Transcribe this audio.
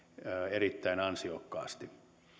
erittäin ansiokkaasti